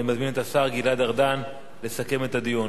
אני מזמין את השר גלעד ארדן לסכם את הדיון.